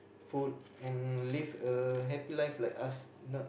food and live a happy life like us not